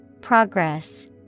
Progress